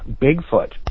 Bigfoot